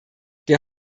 der